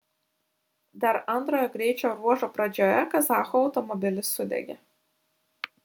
dar antrojo greičio ruožo pradžioje kazachų automobilis sudegė